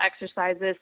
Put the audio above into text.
exercises